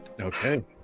Okay